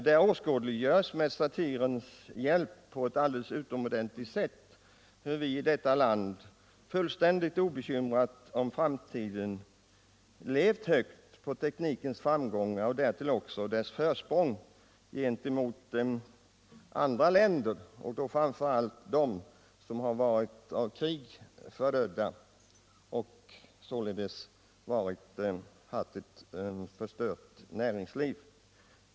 Där åskådliggörs med satirens hjälp på eu utomordentligt sätt hur vi i detta land, fullständigt obekymrade om framtiden, har levt högt på teknikens framgångar och också på det försprång som vi har haft framför länder som varit av krig förödda och haft ett förstört näringsliv.